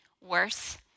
worse